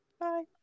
Bye